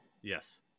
Yes